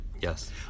Yes